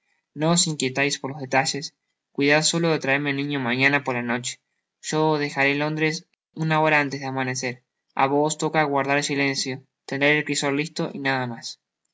no os inquieteis por los detallescuidad solo de traerme el niño mañana por la noche yo dejaré á londres una hora antes de amanecer a vos os toca guardar silencio tener el crisol listo y nada mas